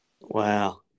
Wow